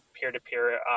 peer-to-peer